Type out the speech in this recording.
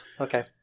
okay